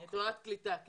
תו"ק תורת קליטה.